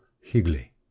Higley